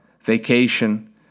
vacation